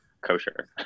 kosher